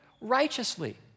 righteously